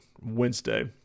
Wednesday